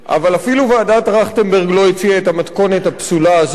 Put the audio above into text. אבל אפילו ועדת-טרכטנברג לא הציעה את המתכונת הפסולה הזאת.